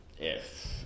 yes